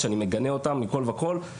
שאני מגנה אותן מכל וכל,